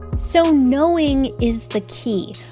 so knowing is the key.